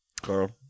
Carl